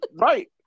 Right